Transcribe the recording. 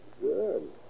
Good